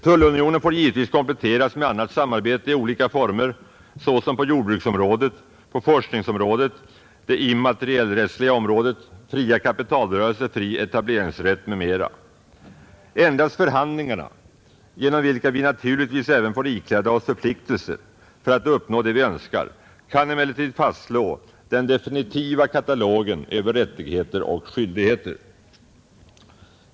Tullunionen får givetvis kompletteras med annat samarbete i olika former såsom på jordbruksområdet, forskningsområdet och det immaterialrättsliga området, i fråga om fria kapitalrörelser, fri etableringsrätt m.m. Endast förhandlingarna, genom vilka vi naturligtvis även får ikläda oss förpliktelser för att uppnå det vi önskar, kan emellertid fastslå den definitiva katalogen över rättigheter och skyldigheter.